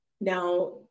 now